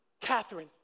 Catherine